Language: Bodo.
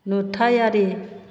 नुथायारि